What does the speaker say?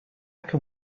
can